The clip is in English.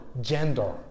gender